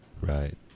Right